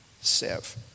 Serve